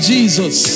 Jesus